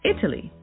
Italy